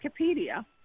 Wikipedia